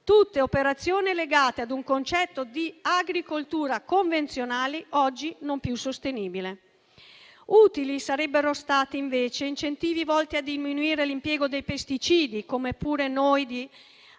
tutte operazioni legate ad un concetto di agricoltura convenzionale oggi non più sostenibile. Utili sarebbero stati, invece, incentivi volti a diminuire l'impiego dei pesticidi, come pure noi